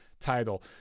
title